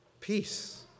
Peace